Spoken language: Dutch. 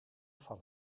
van